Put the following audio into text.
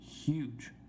huge